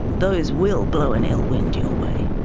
those will blow an ill wind your way.